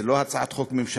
זו לא הצעת חוק ממשלתית.